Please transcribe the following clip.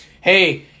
hey